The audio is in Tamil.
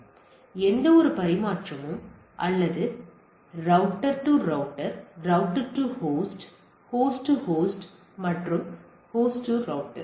எனவே எந்தவொரு பரிமாற்றமும் அது router to router router to host host to host மற்றும் ஹோஸ்ட் டு ரௌட்டர்